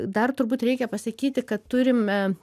dar turbūt reikia pasakyti kad turime